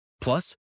Plus